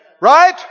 Right